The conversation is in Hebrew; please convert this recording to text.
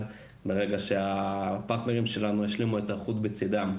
ברגע שהפרטנרים שלנו ישלמו את היערכות בצידם.